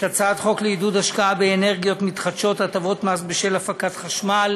הצעת חוק לעידוד השקעה באנרגיות מתחדשות (הטבות מס בשל הפקת חשמל